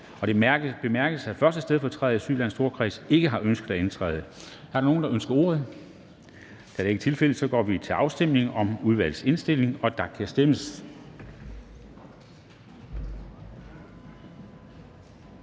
Det bemærkes, at 1. stedfortræder i Sydjyllands Storkreds ikke har ønsket at indtræde. Er der nogen, der ønsker ordet? Da det ikke er tilfældet, går vi til afstemning. Kl. 10:02 Afstemning Formanden